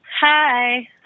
Hi